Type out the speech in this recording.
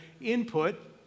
input